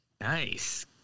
Nice